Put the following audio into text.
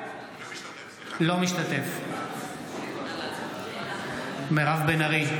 אינו משתתף בהצבעה מירב בן ארי,